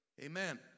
Amen